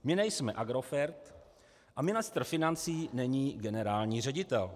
My nejsme Agrofert a ministr financí není generální ředitel.